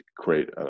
create